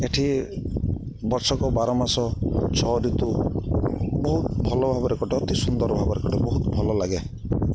ଏଠି ବର୍ଷକ ବାର ମାସ ଛଅ ଋତୁ ବହୁତ ଭଲ ଭାବରେ କଟେ ଅତି ସୁନ୍ଦର ଭାବରେ କଟେ ବହୁତ ଭଲ ଲାଗେ